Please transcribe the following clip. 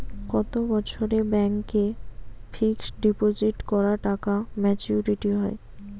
কত বছরে ব্যাংক এ ফিক্সড ডিপোজিট করা টাকা মেচুউরিটি হয়?